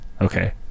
Okay